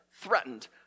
threatened